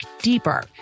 deeper